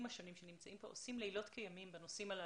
השונים שנמצאים כאן עושים לילות כימים בנושאים הללו.